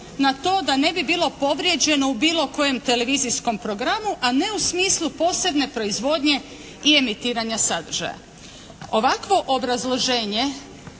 na to da ne bi bilo povrijeđeno u bilo kojem televizijskom programu a ne u smislu posebne proizvodnje i emitiranja sadržaja. Ovakvo obrazloženje